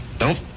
No